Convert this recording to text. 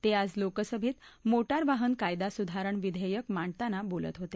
ते आज लोकसभेत मोटार वाहन कायदा सुधारणा विधेयक मांडताना बोलत होते